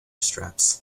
straps